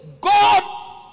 God